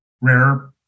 rare